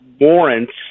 warrants